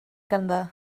ganddo